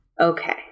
Okay